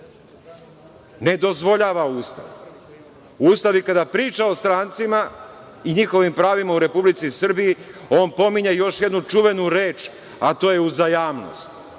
Ne dozvoljava Ustav. Ustav i kada priča o strancima i njihovim pravima u Republici Srbiji on pominje još jednu čuvenu reč, a to je uzajamnost.